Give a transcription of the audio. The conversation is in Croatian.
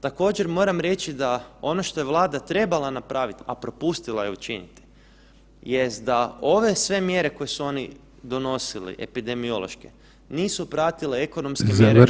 Također, moram reći da, ono to je Vlada trebala napraviti, a propustila je učiniti jest da ove sve mjere koje su oni donosili, epidemiološki, nisu pratile ekonomski